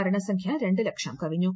മരണ സംഖ്യ രണ്ട് ലക്ഷം കവിഞ്ഞു